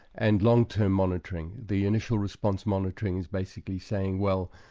and long-term monitoring. the initial response monitoring is basically saying, well,